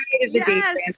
yes